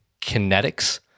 kinetics